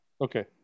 Okay